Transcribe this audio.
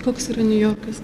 koks yra niujorkas